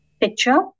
picture